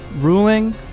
ruling